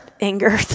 anger